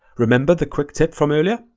remember the quick tip from earlier?